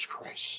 Christ